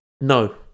no